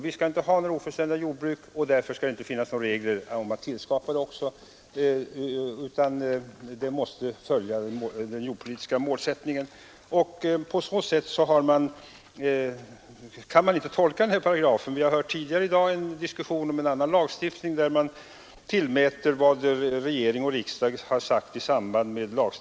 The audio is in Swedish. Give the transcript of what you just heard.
Vi skall inte ha några ofullständiga jordbruk, och därför skall det inte finnas några regler om att tillskapa sådana utan den jordpolitiska målsättningen måste följas. Så kan man inte tolka den här paragrafen. Vi har tidigare i dag fört en diskussion om en annan lagstiftning där man från regeringshåll har sagt hur tillämpningen av lagen skall tolkas.